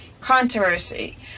controversy